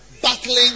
Battling